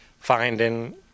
finding